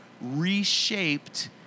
reshaped